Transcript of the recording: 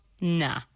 nah